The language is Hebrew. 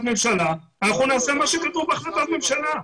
ממשלה ואנחנו נעשה מה שיאמרו לנו בהחלטת ממשלה.